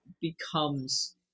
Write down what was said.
becomes